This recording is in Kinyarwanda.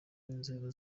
n’inzego